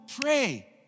pray